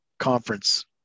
conference